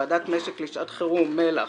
ועדת משק לשעת חירום מל"ח,